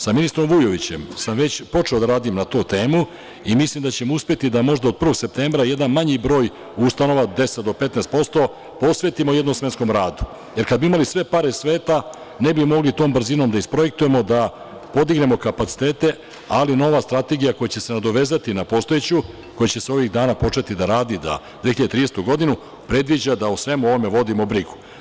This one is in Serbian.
Sa ministrom Vujovićem sam već počeo da radim na tu temu, i mislim da ćemo uspeti da možda od 1. septembra jedan manji broj ustanova 10-15%, posvetimo jednosmenskom radu, jer kada bi imali sve pare sveta, ne bi mogli tom brzinom da isprojektujemo da podignemo kapacitete, ali nova strategija, koja će se nadovezati na postojeću, koja će ovih dana početi da radi do 2030. godine, predviđa da o svemu ovome vodimo brigu.